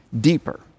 deeper